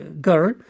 girl